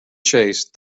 chase